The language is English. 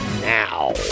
Now